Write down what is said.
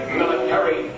military